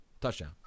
Touchdown